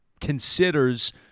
considers